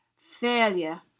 failure